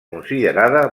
considerada